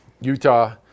Utah